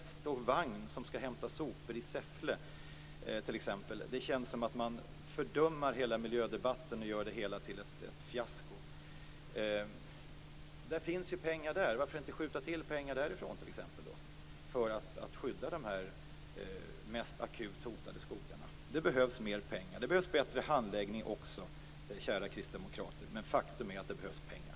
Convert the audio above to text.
Att man t.ex. skall hämta sopor i Säffle med häst och vagn känns som ett fördummande av hela miljödebatten och gör den till ett fiasko. Där finns ju pengar. Varför inte skjuta till pengar därifrån, t.ex., för att skydda de mest akut hotade skogarna? Det behövs mer pengar, och det behövs också bättre handläggning, kära kristdemokrater.